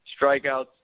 Strikeouts